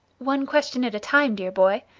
one question at a time, dear boy.